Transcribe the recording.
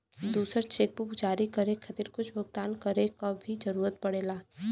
दूसर चेकबुक जारी करे खातिर कुछ भुगतान करे क भी जरुरत पड़ेला